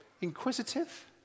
inquisitive